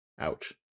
Ouch